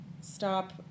stop